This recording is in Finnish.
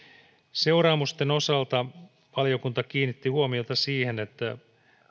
seuraamusten osalta valiokunta kiinnitti huomiota siihen että